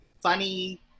funny